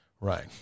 Right